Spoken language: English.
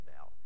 out